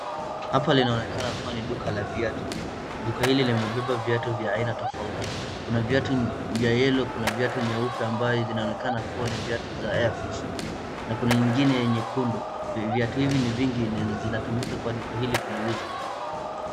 Hapa linaonekana kuwa ni duka la viatu. Duka lini limebeba viatu vya aina tofauti. Kuna viatu ya yellow , kuna nyeupe ambaye zinaonekana kuwa ni viatu za airforce na kuna ingine nyekundu. Viatu hivi ni vingi na zinatumika kwa duka hili kuliuza.